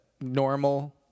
normal